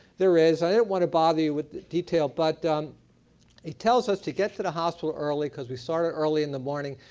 there is. i don't want to bother you with the detail, but he tells us to get to the hospital early, because we started early in the morning.